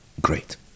Great